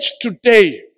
today